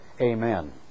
Amen